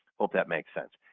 hope that makes sense.